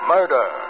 Murder